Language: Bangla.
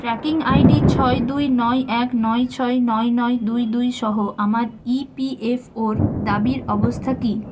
ট্র্যাকিং আই ডি ছয় দুই নয় এক নয় ছয় নয় নয় দুই দুই সহ আমার ই পি এফ ওর দাবির অবস্থা কী